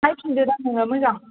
नायफिनदो दां नोङो मोजां